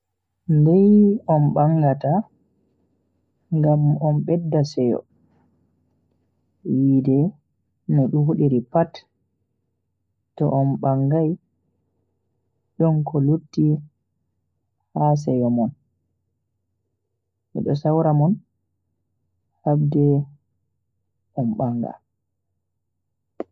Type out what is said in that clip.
Ndai on bangata ngam on bedda seyo. Yide no dudiri pat, to on bangai don ko lutti ha seyo mon, mido sawra mon habde on banga.